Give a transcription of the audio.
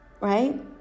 Right